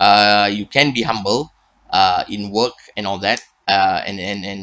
err you can be humble uh in work and all that uh and and and